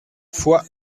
foix